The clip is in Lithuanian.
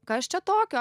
kas čia tokio